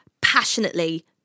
passionately